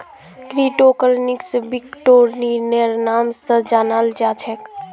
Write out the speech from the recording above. crypto करन्सीक बिट्कोइनेर नाम स जानाल जा छेक